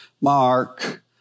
Mark